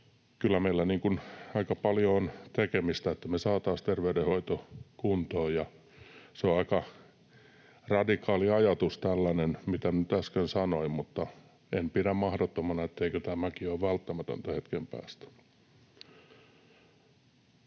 kyllä meillä aika paljon on tekemistä, niin että me saataisiin terveydenhoito kuntoon. Se on aika radikaali ajatus tällainen, mitä nyt äsken sanoin, mutta en pidä mahdottomana, etteikö tämäkin ole välttämätöntä hetken päästä.